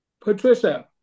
Patricia